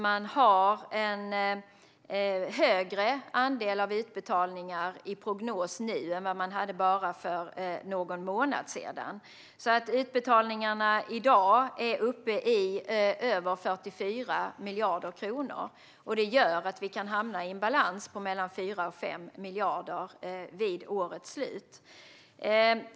Man har nu en högre andel av utbetalningar i prognosen än vad man hade för bara någon månad sedan. Utbetalningarna är i dag uppe i över 44 miljarder kronor. Det gör att Migrationsverket kan nå en balans på mellan 4 och 5 miljarder vid årets slut.